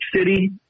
City